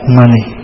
money